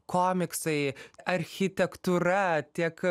komiksai architektūra tiek